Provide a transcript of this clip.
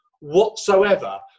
whatsoever